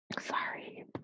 Sorry